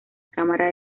cámara